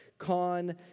Con